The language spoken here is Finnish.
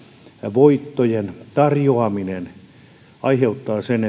voittojen tarjoaminen aiheuttavat sen